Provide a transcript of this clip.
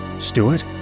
Stewart